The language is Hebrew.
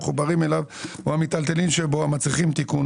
המחוברים אליו או המיטלטלין שבו המצריכה תיקון,